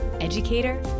educator